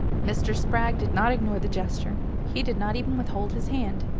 mr. spragg did not ignore the gesture he did not even withhold his hand.